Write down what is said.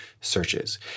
searches